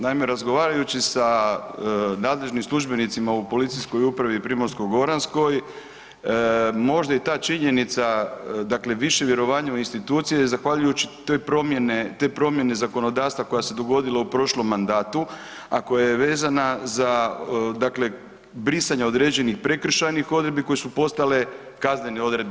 Naime, razgovarajući s nadležnim službenicama u Policijskom upravi Primorsko-goranskoj možda i ta činjenica, dakle više vjerovanja u institucije zahvaljujući toj promjene, te promjene zakonodavstva koja su se dogodila u prošlom mandatu, a koja je vezana za, dakle brisanje određenih prekršajnih odredbi koje su postale kaznene odredbe.